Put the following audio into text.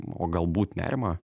o galbūt nerimą